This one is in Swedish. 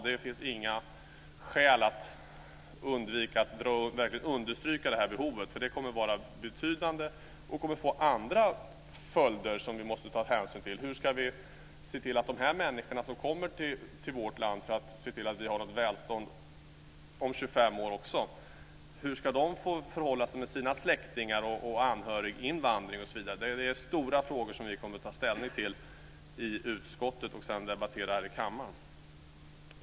Det finns inga skäl att undvika att verkligen understryka det här behovet, för det kommer att vara betydande och kommer att få andra följder som vi måste ta hänsyn till. Hur ska vi se till att de människor som kommer till vårt land - för att se till att vi har ett välstånd också om 25 år - ska förhålla sig till sina släktingar? Det handlar om anhöriginvandring osv. Det är stora frågor som vi kommer att ta ställning till i utskottet och därefter debattera här i kammaren.